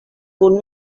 punt